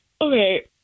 Okay